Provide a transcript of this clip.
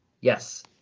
Yes